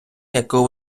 яку